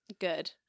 Good